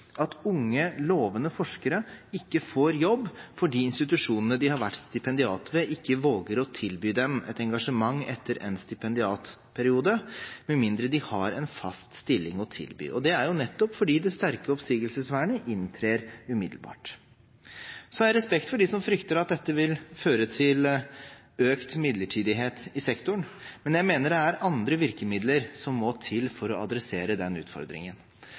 at unge, lovende forskere ikke får jobb fordi institusjonene de har vært stipendiat ved, ikke våger å tilby dem et engasjement etter endt stipendiatperiode, med mindre de har en fast stilling å tilby. Det er nettopp fordi det sterke oppsigelsesvernet inntrer umiddelbart. Jeg har respekt for dem som frykter at dette vil føre til økt midlertidighet i sektoren, men jeg mener det er andre virkemidler som må til for å adressere den utfordringen.